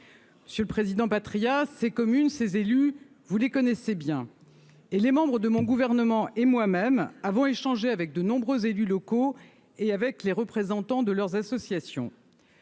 Monsieur le Président Patriat ces communes, ces élus, vous les connaissez bien et les membres de mon gouvernement et moi-même avons échangé avec de nombreux élus locaux et avec les représentants de leurs associations.